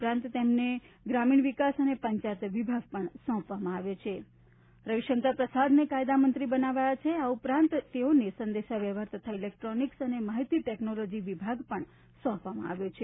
ઉપરાંત તેમને ગ્રામીણ વિકાસ અને પંચાયત વિભાગ પણ સોંપવામાં આવ્યો છે રવિશંકર પ્રસાદને કાયદા મંત્રી બનાવાયા છે આ ઉપરાંત તેઓને સંદેશા વ્યવહાર તથા ઇલેક્ટ્રોનીક્સ અને માહિતી ટેકનોલોજી વિભાગ પણ સોંપવામાં આવ્યા છે